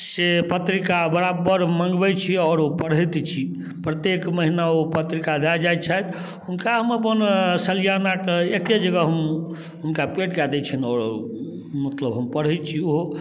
से पत्रिका बराबर मङ्गबै छी आओर ओ पढ़ैत छी प्रत्येक महीना ओ पत्रिका दए जाइ छथि हुनका हम अपन सलियाना कऽ एके जगह हु हुनका पे कए दै छियनि आओर मतलब हम पढ़ै छी ओहो